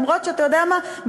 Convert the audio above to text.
אף שאתה יודע מה,